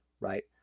right